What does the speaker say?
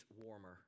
warmer